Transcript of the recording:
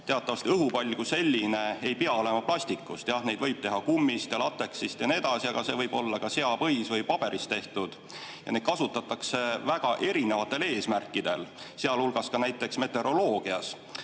Teatavasti õhupall kui selline ei pea olema plastikust. Neid võib teha kummist ja lateksist ja nii edasi, aga see võib olla ka seapõis või paberist tehtud. Ja neid kasutatakse väga erinevatel eesmärkidel, sealhulgas näiteks meteoroloogias.